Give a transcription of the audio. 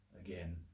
again